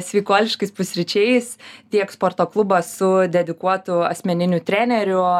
sveikuoliškais pusryčiais tiek sporto klubas su dedikuotu asmeniniu treneriu